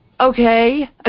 okay